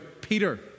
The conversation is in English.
Peter